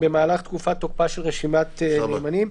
במהלך תקופת תוקפה של רשימת נאמנים,